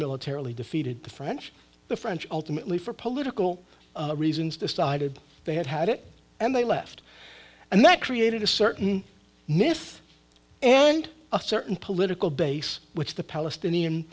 militarily defeated the french the french ultimately for political reasons decided they had had it and they left and that created a certain myth and a certain political base which the palestinian